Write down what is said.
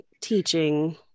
teaching